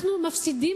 אנחנו מפסידים,